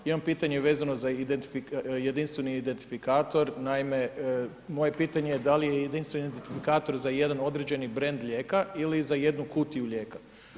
Imam pitanje vezano za jedinstveni identifikator, naime, moje pitanje je da li je jedinstveni identifikator za jedan određeni brend lijeka ili za jednu kutiju lijeka.